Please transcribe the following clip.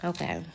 Okay